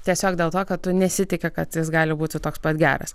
tiesiog dėl to kad tu nesitiki kad jis gali būti toks pat geras